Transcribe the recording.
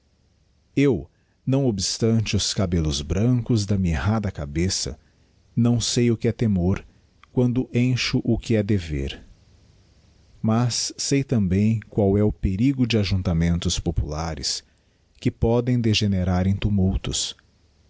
eu não obstante os cabellos brancos da mirrada cabeça não sei o que é temor quando encho o que é dever mas sei também qual é o perigo de ajuntamentos populares que potlem degenerarem tumultos